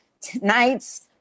Tonight's